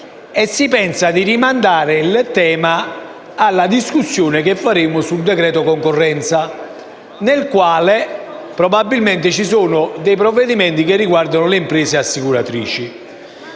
si pensa di rimandare il tema alla discussione che faremo sul decreto-legge concorrenza, il quale probabilmente conterrà norme che riguarderanno le imprese assicuratrici;